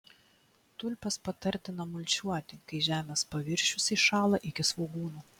tulpes patartina mulčiuoti kai žemės paviršius įšąla iki svogūnų